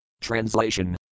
Translation